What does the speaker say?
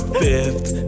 fifth